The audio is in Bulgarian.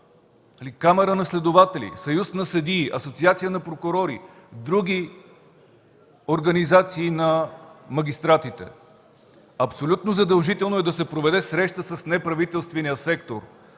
Камара на следователите, Съюз на съдиите, Асоциация на прокурорите и други организации на магистратите. Абсолютно задължително е да се проведе среща с неправителствения сектор.